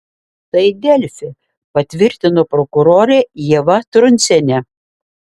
tai delfi patvirtino prokurorė ieva truncienė